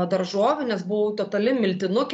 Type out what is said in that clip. daržovių nes buvau totali miltinukė